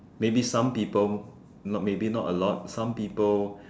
maybe some people not maybe not a lot some people